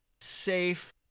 safe